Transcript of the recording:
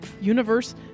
universe